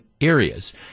areas